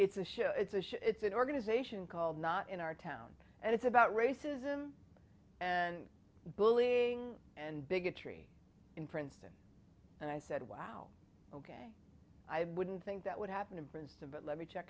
it's a show it's a show it's an organization called not in our town and it's about racism and bullying and bigotry in princeton and i said wow i wouldn't think that would happen in princeton but let me check